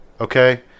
okay